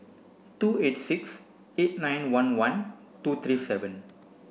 two eight six eight nine one one two three seven